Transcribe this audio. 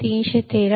313